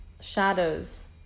shadows